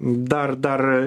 dar dar